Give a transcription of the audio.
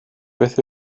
beth